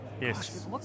Yes